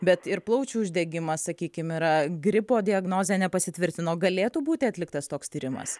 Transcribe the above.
bet ir plaučių uždegimas sakykim yra gripo diagnozė nepasitvirtino galėtų būti atliktas toks tyrimas